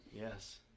Yes